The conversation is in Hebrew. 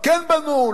כן בנו,